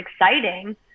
exciting